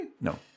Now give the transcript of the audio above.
No